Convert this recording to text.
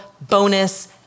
bonus